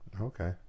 Okay